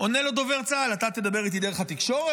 עונה לו דובר צה"ל: אתה תדבר איתי דרך התקשורת?